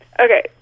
Okay